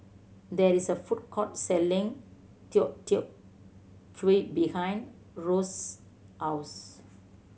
there is a food court selling Deodeok Gui behind Rose's house